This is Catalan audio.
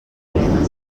programari